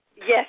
Yes